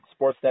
Sportsnet